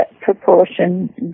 proportion